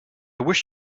wish